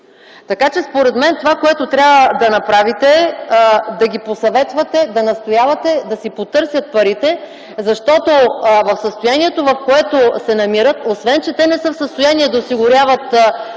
Според мен това, което трябва да направите, е да ги посъветвате, да настоявате да си потърсят парите, защото в състоянието, в което се намират, освен че те не са в състояние да осигуряват качествена,